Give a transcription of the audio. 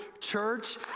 church